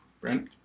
Brent